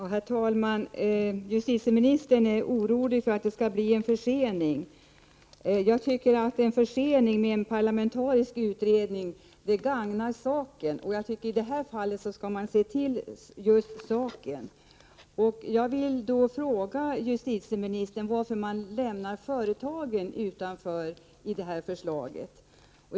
Herr talman! Justitieministern är orolig för att det skall bli en försening. Jag tycker att en försening genom en parlamentarisk utredning gagnar saken. I detta fall skall man se just till saken. Jag vill fråga justitieministern varför man lämnar företagen utanför i detta förslag.